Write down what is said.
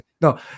No